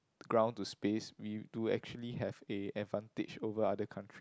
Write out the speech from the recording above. ground to space we do actually have a advantage over other country